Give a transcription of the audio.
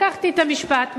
לקחתי את המשפט מהממשלה,